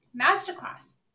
masterclass